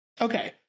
Okay